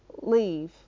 leave